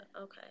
Okay